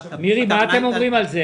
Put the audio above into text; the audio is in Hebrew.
מירי, מה אתם אומרים על זה?